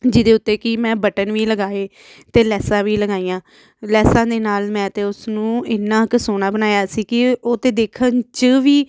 ਜਿਹਦੇ ਉੱਤੇ ਕਿ ਮੈਂ ਬਟਨ ਵੀ ਲਗਾਏ ਅਤੇ ਲੈਸਾ ਵੀ ਲਗਾਈਆਂ ਲੈਸਾ ਦੇ ਨਾਲ ਮੈਂ ਤਾਂ ਉਸਨੂੰ ਇੰਨਾ ਕੁ ਸੋਹਣਾ ਬਣਾਇਆ ਸੀ ਕਿ ਉਹ ਤਾਂ ਦੇਖਣ 'ਚ ਵੀ